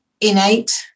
innate